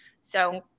So-